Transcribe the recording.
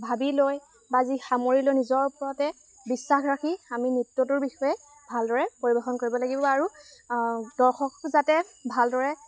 ভাবি লৈ বা যি সামৰি লৈ নিজৰ ওপৰতে বিশ্বাস ৰাখি আমি নৃত্যটোৰ বিষয়ে ভালদৰে পৰিৱেশন কৰিব লাগিব আৰু দৰ্শক যাতে ভালদৰে